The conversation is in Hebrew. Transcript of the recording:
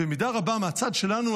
במידה רבה מהצד שלנו,